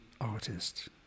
artist